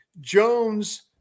Jones